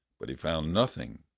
but he found nothing,